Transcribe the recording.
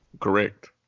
Correct